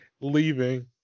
leaving